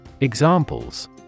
examples